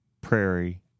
Prairie